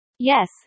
Yes